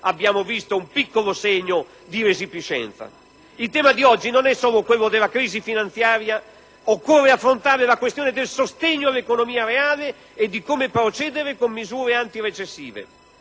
abbiamo visto un piccolo segno di resipiscenza). Il tema di oggi non è solo quello della crisi finanziaria; occorre affrontare la questione del sostegno all'economia reale e di come procedere con misure anti-recessive.